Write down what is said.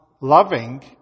loving